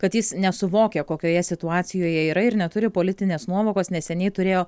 kad jis nesuvokia kokioje situacijoje yra ir neturi politinės nuovokos neseniai turėjo